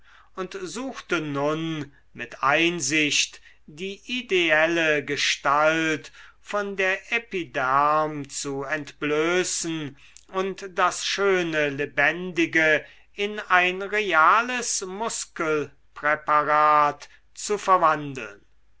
und suchte nun mit einsicht die ideelle gestalt von der epiderm zu entblößen und das schöne lebendige in ein reales muskelpräparat zu verwandeln